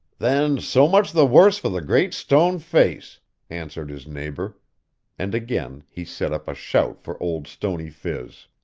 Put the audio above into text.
then so much the worse for the great stone face answered his neighbor and again he set up a shout for old stony phiz.